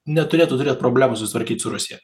neturėtų turėt problemų sutvarkyt su rusija